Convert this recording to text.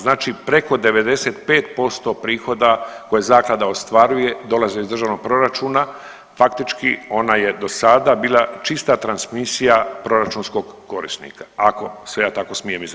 Znači preko 95% prihoda koje zaklada ostvaruje dolaze iz državnog proračuna, faktički ona je dosada bila čista transmisija proračunskog korisnika, ako se ja tako smijem izraziti.